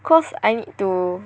cause I need to